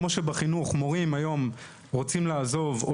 כמו שבחינוך מורים היום רוצים לעזוב או